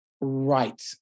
Right